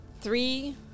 three